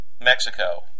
Mexico